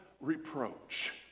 reproach